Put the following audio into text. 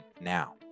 now